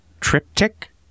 Triptych